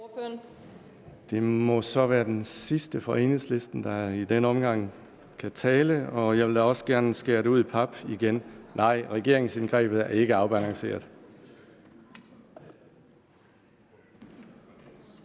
Det må så være den sidste fra Enhedslisten, der i denne omgang kan tage ordet. Jeg vil da gerne skære det ud i pap igen: Nej, regeringsindgrebet er ikke afbalanceret.